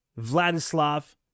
Vladislav